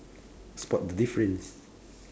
spot the difference